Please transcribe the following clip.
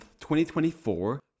2024